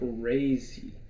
crazy